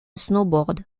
snowboard